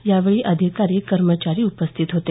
यावेळी अधिकारी कर्मचारी उपस्थित होते